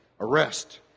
Arrest